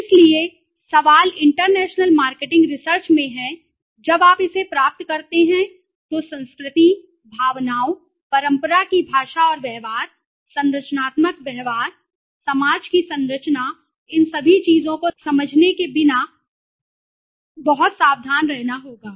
इसलिए सवाल international marketing research में है जब आप इसे प्राप्त करते हैं तो संस्कृति भावनाओं परंपरा की भाषा और व्यवहार संरचनात्मक व्यवहार समाज की संरचना इन सभी चीजों को समझने और उन्हें समझने के बिना बहुत सावधान रहना होगा